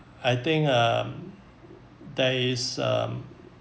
I think um there is um